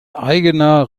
eigener